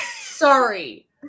Sorry